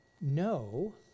no